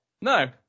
No